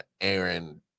Aaron